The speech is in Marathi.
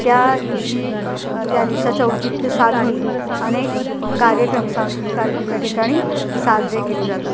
त्या दिवशी त्या दिवसाचं औचित्य साधून अनेक कार्यक्रम सांस्कृतिक कार्यक्रम त्या ठिकाणी साजरे केले जातात